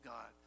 God